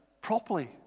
properly